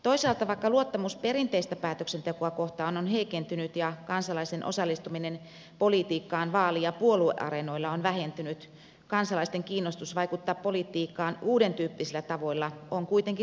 toisaalta vaikka luottamus perinteistä päätöksentekoa kohtaan on heikentynyt ja kansalaisten osallistuminen politiikkaan vaali ja puolueareenoilla on vähentynyt kansalaisten kiinnostus vaikuttaa politiikkaan uudentyyppisillä tavoilla on kuitenkin lisääntynyt